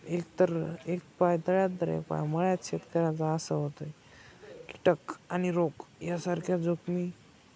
एक तर एक पाय तळ्यात तर एक पाय मळ्यात शेतकऱ्याचं असं होतं आहे कीटक आणि रोग यासारख्या जोखमी